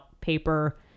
paper